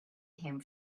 him